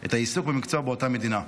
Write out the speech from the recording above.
את העיסוק במקצוע באותה מדינה,